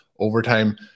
overtime